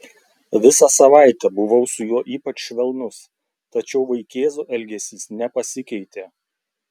visą savaitę buvau su juo ypač švelnus tačiau vaikėzo elgesys nepasikeitė